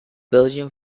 belgium